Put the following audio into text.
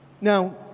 Now